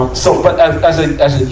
and so, but as, as a, as a